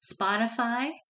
Spotify